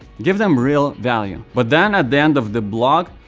give them real value. but then, at the end of the blog,